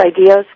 ideas